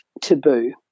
taboo